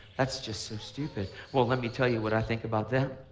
that's just so stupid. well, let me tell you what i think about them.